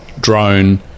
Drone